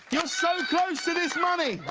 you know so close to this money.